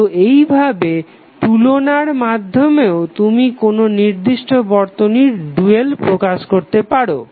তো এইভাবে তুলনার মাধ্যমেও তুমি কোনো নির্দিষ্ট বর্তনীর ডুয়াল প্রকাশ করতে পারো